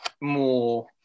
more